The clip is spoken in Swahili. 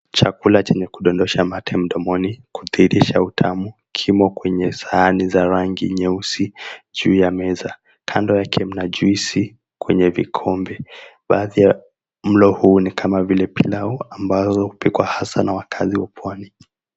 Chakula chenye kudondosha mate mdomoni kudhihirisha utamu kimo kwenye sahani za rangi nyeusi juu ya meza. Kando yake mna jwisi kwenye vikombe. Baadhi ya mlo huu ni kama vile pilau ambazo hupikwa hasa na wakazi wa pwani.